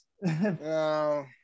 No